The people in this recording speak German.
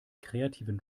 kreativen